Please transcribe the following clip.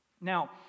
Now